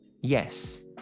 yes